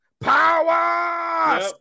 Power